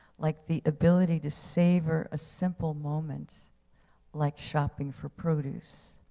like the ability to savor a simple moment like shopping for produce,